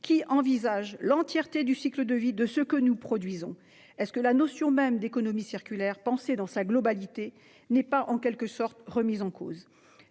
qui englobe l'entièreté du cycle de vie de ce que nous produisons ? Est-ce que la notion même d'économie circulaire, pensée dans sa globalité, n'est pas en quelque sorte remise en cause ?